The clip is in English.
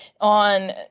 on